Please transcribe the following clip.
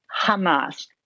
Hamas